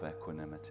equanimity